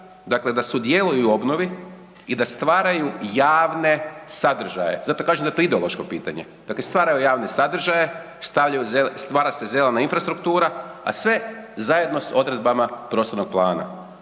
dakle da sudjeluju u obnovi i da stvaraju javne sadržaje. Zato kažem da je to ideološko pitanje. Dakle, stvaraju javne sadržaje, stavljaju, stvara se zelena infrastruktura, a sve zajedno s odredbama prostornog plana.